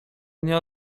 nie